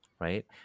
right